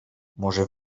może